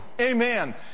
amen